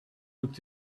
looked